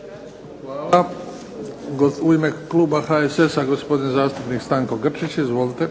Luka (HDZ)** Hvala. U ime kluba HSS-a gospodin zastupnik Stanko Grčić. Izvolite.